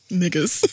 niggas